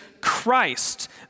Christ